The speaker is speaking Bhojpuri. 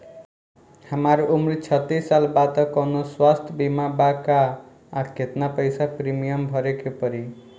हमार उम्र छत्तिस साल बा त कौनों स्वास्थ्य बीमा बा का आ केतना पईसा प्रीमियम भरे के पड़ी?